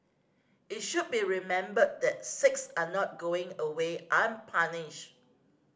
it should be remembered that six are not going away unpunished